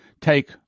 take